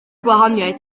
gwahaniaeth